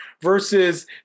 versus